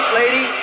lady